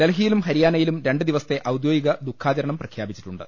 ഡൽഹിയിലും ഹരിയാനയിലും രണ്ട് ദിവസത്തെ ഔദ്യോഗിക ദുഖാചരണം പ്രഖ്യാ പിച്ചിട്ടുണ്ട്